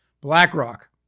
BlackRock